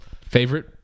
Favorite